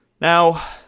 Now